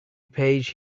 page